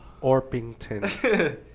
Orpington